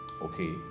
okay